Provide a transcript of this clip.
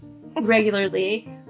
regularly